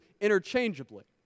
interchangeably